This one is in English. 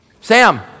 Sam